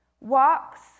walks